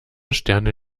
sterne